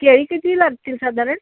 केळी किती लागतील साधारण